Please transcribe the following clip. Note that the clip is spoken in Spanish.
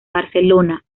barcelona